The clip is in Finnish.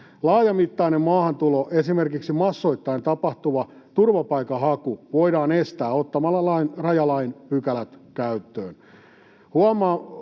Laajamittainen maahantulo, esimerkiksi massoittain tapahtuva turvapaikanhaku, voidaan estää ottamalla rajalain pykälät käyttöön.